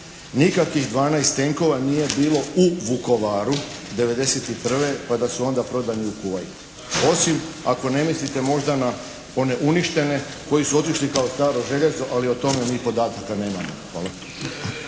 Nikakvih 12 tenkova nije bilo u Vukovaru 1991. pa da su onda prodani u Kuvajt. Osim ako ne mislite možda na one uništene koji su otišli kao staro željezo ali o tome mi podataka nemamo. Hvala.